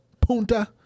Punta